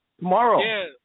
Tomorrow